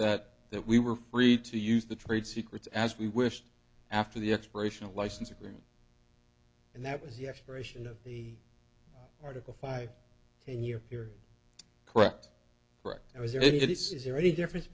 that that we were free to use the trade secrets as we wished after the expiration of license agreement and that was the expiration of the article five ten year period correct correct it was there it is is there any difference